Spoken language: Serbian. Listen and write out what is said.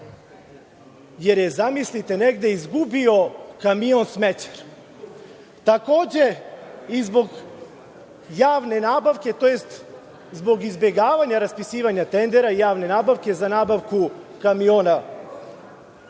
jer je, zamislite, negde izgubio kamion smećar. Takođe, i zbog javne nabavke tj. zbog izbegavanja raspisivanja tendera javne nabavke za nabavku kamiona.